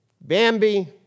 Bambi